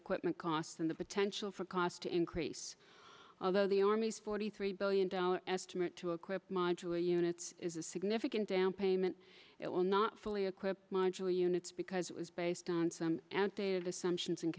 equipment costs and the potential for cost to increase although the army's forty three billion dollars estimate to acquit modular units is a significant down payment it will not fully equipped modular units because it was based on some outdated assumptions and